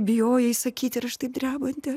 bijojai sakyti ir štai drebanti